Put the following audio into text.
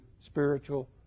spiritual